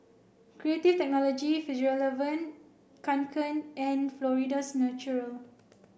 Creative Technology Fjallraven Kanken and Florida's Natural